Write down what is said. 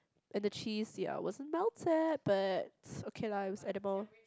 and the cheese ya wasn't melted but okay lah it was edible